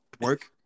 work